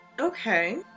Okay